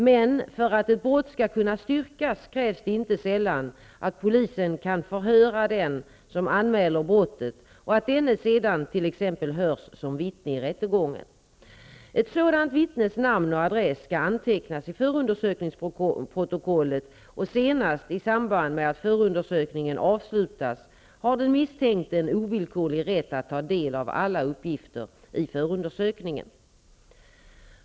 Men för att ett brott skall kunna styrkas krävs det inte sällan att polisen kan förhöra den som anmäler brottet och att denne sedan t.ex. hörs som vittne i rättegången. Ett sådant vittnes namn och adress skall antecknas i förundersökningsprotokollet, och senast i samband med att förundersökningen avslutas har den misstänkte en ovillkorlig rätt att ta del av alla uppgifter i förundersökningen.